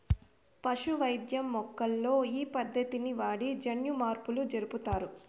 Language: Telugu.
పశు వైద్యం మొక్కల్లో ఈ పద్దతిని వాడి జన్యుమార్పులు జరుపుతారు